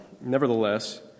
Nevertheless